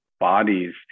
bodies